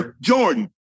Jordan